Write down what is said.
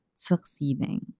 Succeeding